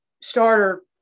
starter